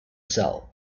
cell